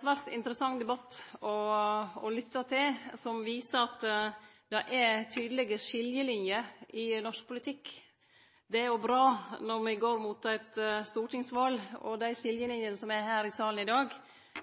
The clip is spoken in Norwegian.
svært interessant debatt å lytte til, som viser at det er tydelege skiljelinjer i norsk politikk. Det er bra når me går mot eit stortingsval. Dei skiljelinjene som er her i salen i